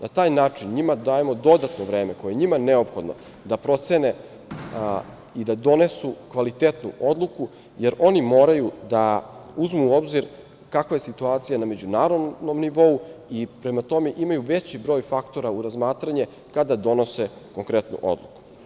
Na taj način njima dajemo dodatno vreme koje je njima neophodno da procene i da donesu kvalitetnu odluku, jer oni moraju da uzmu u obzir kakva je situacija na međunarodnom nivou i prema tome imaju veći broj faktora u razmatranju kada donose konkretne odluke.